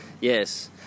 Yes